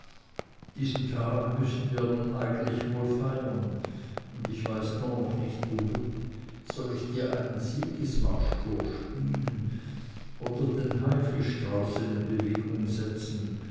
diesen tag müßten wir nun wohl eigentlich feiern und ich weiß nur noch nicht womit soll ich dir einen siegesmarsch vorspielen oder den haifisch draußen in bewegung setzen